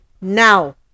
now